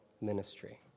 ministry